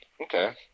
Okay